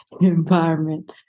environment